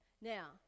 Now